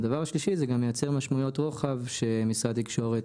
הדבר השלישי הוא שזה גם מייצר משמעויות רוחב ואני